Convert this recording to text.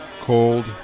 Cold